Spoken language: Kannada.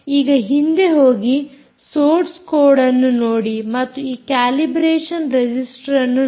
ಈಗ ಹಿಂದೆ ಹೋಗಿ ಸೋರ್ಸ್ ಕೋಡ್ ಅನ್ನು ನೋಡಿ ಮತ್ತು ಈ ಕ್ಯಾಲಿಬ್ರೇಷನ್ ರೆಸಿಸ್ಟರ್ ಅನ್ನು ನೋಡಿ